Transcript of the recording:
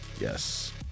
Yes